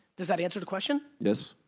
does that answer the question? yes.